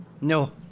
No